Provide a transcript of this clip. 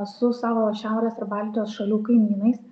su savo šiaurės ir baltijos šalių kaimynais